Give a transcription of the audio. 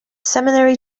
seminary